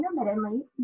intermittently